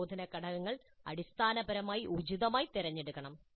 പ്രബോധന ഘടകങ്ങൾ അടിസ്ഥാനപരമായി ഉചിതമായി തിരഞ്ഞെടുക്കണം